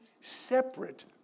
separate